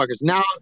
now